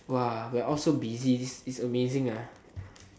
!wah! we are all so busy it's it's amazing ah